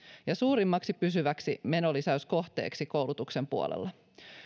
ja suurimmaksi pysyväksi menolisäyskohteeksi koulutuksen puolella